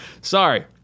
Sorry